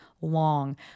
long